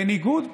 בניגוד